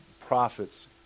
prophets